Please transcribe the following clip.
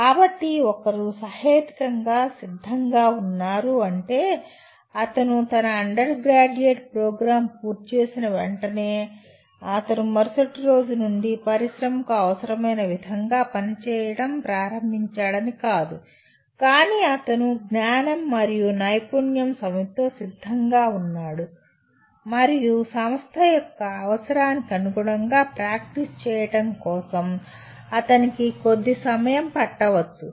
కాబట్టి ఒకరు సహేతుకంగా సిద్ధంగా ఉన్నారు అంటే అతను తన అండర్ గ్రాడ్యుయేట్ ప్రోగ్రామ్ పూర్తి చేసిన వెంటనే అతను మరుసటి రోజు నుండి పరిశ్రమకు అవసరమైన విధంగా పని చేయడం ప్రారంభించాడని కాదు కానీ అతను జ్ఞానం మరియు నైపుణ్యం సమితితో సిద్ధంగా ఉన్నాడు మరియు సంస్థ యొక్క అవసరానికి అనుగుణంగా ప్రాక్టీస్ చేయడం కోసం అతనికి కొద్ది సమయం పట్టవచ్చు